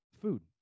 food